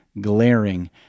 glaring